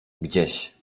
gdzieś